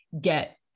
get